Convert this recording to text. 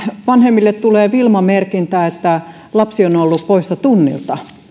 vanhemmille tulee wilma merkintä että lapsi on ollut poissa tunnilta